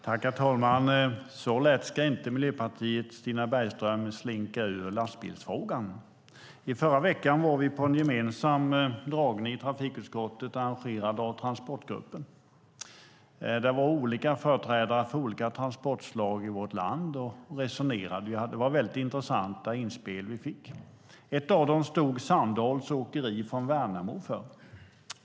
Herr talman! Så lätt ska inte Miljöpartiets Stina Bergström slinka ur lastbilsfrågan. I förra veckan var trafikutskottet på en gemensam föredragning arrangerad av Transportgruppen. Där var företrädare för olika transportslag i vårt land och resonerade. Det var väldigt intressanta inspel vi fick. Ett av dem stod Sandahls åkeri från Värnamo för.